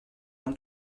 nom